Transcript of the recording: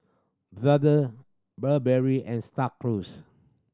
Brother Burberry and Star Cruise